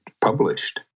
published